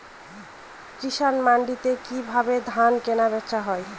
কৃষান মান্ডিতে কি ভাবে ধান কেনাবেচা হয়?